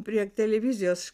prie televizijos